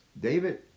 David